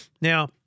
Now